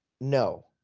No